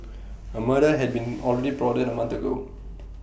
A murder had been already plotted A month ago